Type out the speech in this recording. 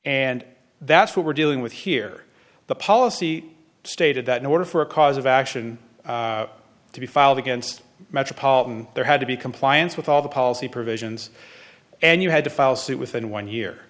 and that's what we're dealing with here the policy stated that in order for a cause of action to be filed against metropolitan there had to be compliance with all the policy provisions and you had to file suit within one year